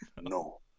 no